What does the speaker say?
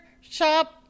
shop